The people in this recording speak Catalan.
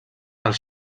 els